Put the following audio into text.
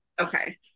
Okay